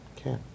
Okay